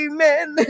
Amen